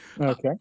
Okay